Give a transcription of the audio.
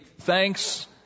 thanks